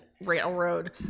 railroad